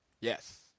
Yes